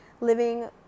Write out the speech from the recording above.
living